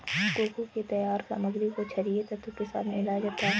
cocoa के तैयार सामग्री को छरिये तत्व के साथ मिलाया जाता है